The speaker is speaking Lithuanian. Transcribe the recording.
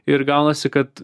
ir gaunasi kad